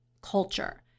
culture